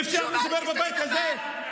אי-אפשר לדבר בבית הזה?